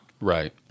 Right